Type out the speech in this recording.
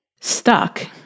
stuck